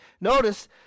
Notice